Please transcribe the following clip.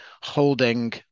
holding